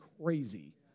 crazy